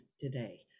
today